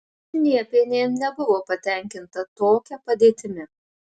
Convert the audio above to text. šniepienė nebuvo patenkinta tokia padėtimi